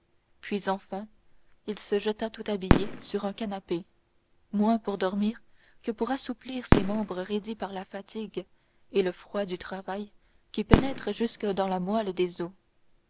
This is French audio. puis enfin il se jeta tout habillé sur un canapé moins pour dormir que pour assouplir ses membres raidis par la fatigue et le froid du travail qui pénètre jusque dans la moelle des os